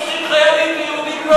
ויהודים לא.